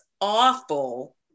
awful